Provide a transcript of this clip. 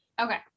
Okay